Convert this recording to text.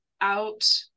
out